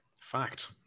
Fact